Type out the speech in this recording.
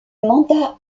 mandat